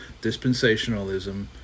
dispensationalism